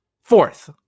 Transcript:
Fourth